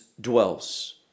dwells